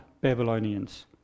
Babylonians